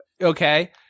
Okay